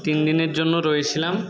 তিন দিনের জন্য রয়েছিলাম